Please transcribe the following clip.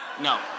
No